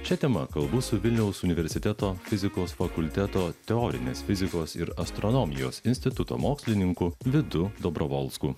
šia tema kalbu su vilniaus universiteto fizikos fakulteto teorinės fizikos ir astronomijos instituto mokslininku vidu dobrovolsku